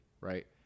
right